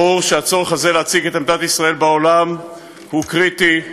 ברור שהצורך הזה להציג את עמדת ישראל בעולם הוא קריטי,